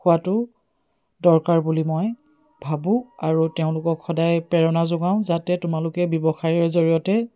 হোৱাটো দৰকাৰ বুলি মই ভাবোঁ আৰু তেওঁলোকক সদায় প্ৰেৰণা যোগাওঁ যাতে তোমালোকে ব্যৱসায়ৰ জৰিয়তে